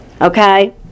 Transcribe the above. Okay